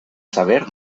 saber